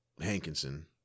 Hankinson